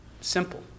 Simple